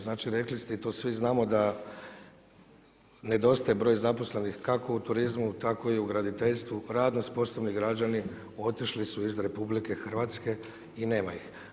Znači rekli ste i to svi znamo da nedostaje broj zaposlenih kako u turizmu tako i u graditeljstvu, radno sposobni građani otišli su iz RH i nema ih.